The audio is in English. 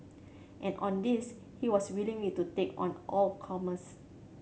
and on this he was willingly to take on all comers